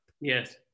Yes